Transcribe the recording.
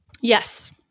Yes